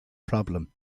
problem